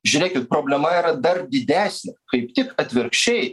žiūrėkit problema yra dar didesnė kaip tik atvirkščiai